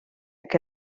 que